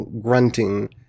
grunting